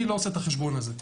אני לא עושה את החשבון הזה.